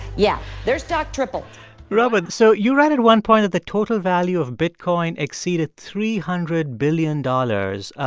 yeah, their stock tripled robert, so you write at one point that the total value of bitcoin exceeded three hundred billion dollars,